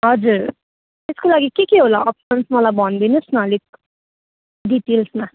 हजुर त्यसको लागि के के होला अप्सन्स मलाई भनिदिनुहोस् न अलिक डिटेल्समा